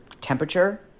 temperature